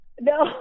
no